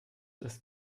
ist